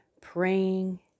praying